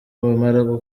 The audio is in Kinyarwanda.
bamara